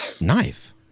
Knife